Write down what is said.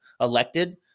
elected